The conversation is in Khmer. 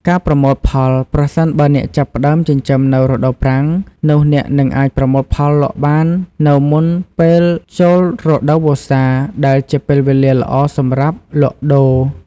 ការប្រមូលផល ប្រសិនបើអ្នកចាប់ផ្ដើមចិញ្ចឹមនៅរដូវប្រាំង នោះអ្នកនឹងអាចប្រមូលផលលក់បាននៅមុនពេលចូលរដូវវស្សា ដែលជាពេលវេលាល្អសម្រាប់លក់ដូរ។